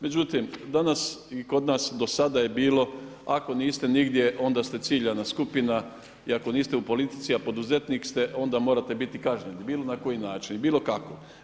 Međutim, danas i kod nas do sada je bilo ako niste nigdje onda ste ciljana skupina i ako niste u politici a poduzetnik ste, onda morate biti kažnjeni bilo na koji način i bilo kako.